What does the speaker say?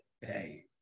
hey